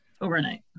Overnight